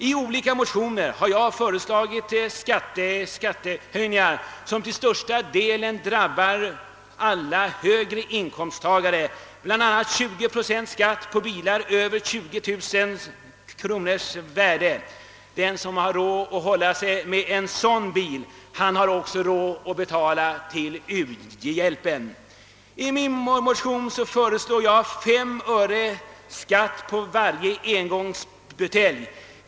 I olika motioner har jag föreslagit skattehöjningar som till största delen drabbar högre inkomsttagare, bl.a. 20-procentskatt på bilar över 20 000 kronors värde — den som har råd att hålla sig med en sådan bil har också råd att betala till u-hjälpen. I en motion har jag föreslagit 5 öres skatt på varje engångsbutelj.